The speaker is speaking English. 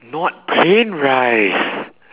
not plain rice